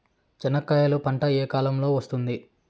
చెనక్కాయలు పంట ఏ కాలము లో వస్తుంది